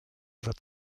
wird